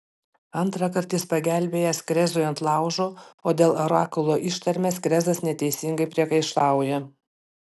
antrąkart jis pagelbėjęs krezui ant laužo o dėl orakulo ištarmės krezas neteisingai priekaištauja